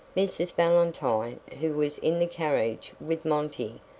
mrs. valentine, who was in the carriage with monty,